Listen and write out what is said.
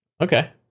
Okay